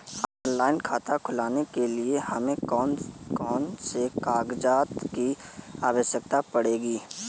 Online खाता खोलने के लिए हमें कौन कौन से कागजात की आवश्यकता पड़ेगी?